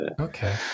Okay